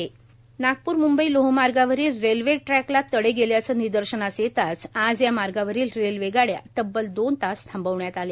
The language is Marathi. वर्धा नागपूर म्ंबई लोहमार्गावरील रेल्वे ट्रॅकला तडे गेल्याचं निदर्शनास येताच या मार्गावरील रेल्वेगाड्या तब्बल दोन तास थांबविण्यात आल्या